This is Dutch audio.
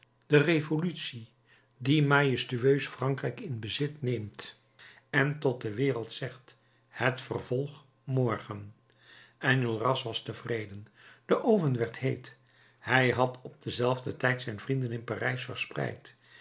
de revolutie die majestueus frankrijk in bezit neemt en tot de wereld zegt het vervolg morgen enjolras was tevreden de oven werd heet hij had op dienzelfden tijd zijn vrienden in parijs verspreid